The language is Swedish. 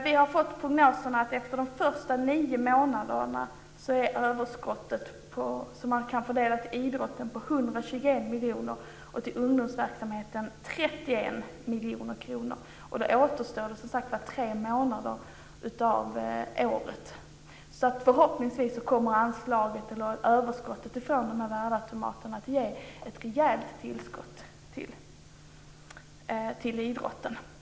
Vi har fått prognosen att efter de första nio månaderna är det överskott som kan fördelas till idrotten på 121 miljoner och till ungdomsverksamheten 31 miljoner kronor. Det återstår tre månader av året. Så förhoppningsvis kommer överskotten från värdeautomaterna att ge ett rejält tillskott till idrotten.